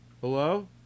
Hello